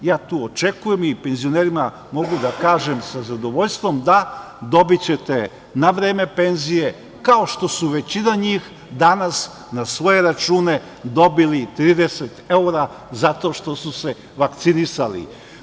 Tu ja očekujem, i penzionerima mogu da kažem sa zadovoljstvom – da, dobićete na vreme penzije, kao što su većina njih danas na svoje račune dobili 30 evra zato što su se vakcinisali.